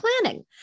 planning